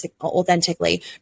authentically